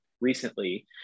recently